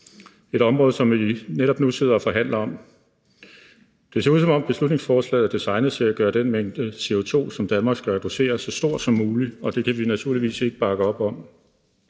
et område, som vi netop nu sidder og forhandler om. Det ser ud, som om beslutningsforslaget er designet til at gøre den mængde CO2, som Danmark skal reducere med, så stor som mulig, og det kan vi naturligvis ikke bakke op om.